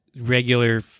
regular